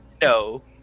no